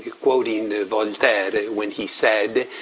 quoting voltaire when he said,